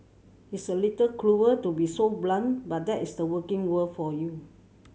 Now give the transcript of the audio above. it's a little cruel to be so blunt but that is the working world for you